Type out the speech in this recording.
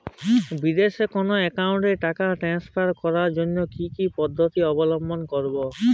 বিদেশের কোনো অ্যাকাউন্টে টাকা ট্রান্সফার করার জন্য কী কী পদ্ধতি অবলম্বন করব?